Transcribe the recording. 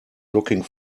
looking